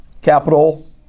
Capital